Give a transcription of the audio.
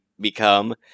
become